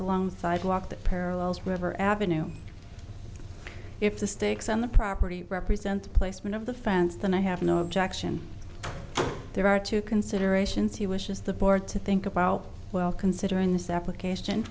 the sidewalk that parallels river avenue if the sticks on the property represent the placement of the fence that i have no objection there are two considerations he wishes the board to think about well considering this application